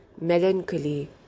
melancholy